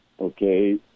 Okay